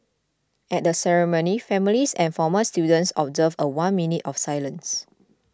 at the ceremony families and former students observed a one minute of silence